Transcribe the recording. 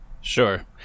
sure